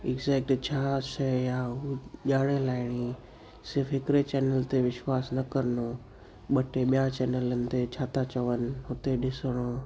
exact छा शइ आहे उहो ॼाणु लाहिणी सिरर्फ़ु हिकिड़े चैनल ते विश्वास न करिणो ॿ टे ॿिया चैनलनि ते छा था चवनि हुते ॾिसिणो